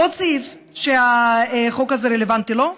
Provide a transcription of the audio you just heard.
עוד סעיף שהחוק הזה רלוונטי לו,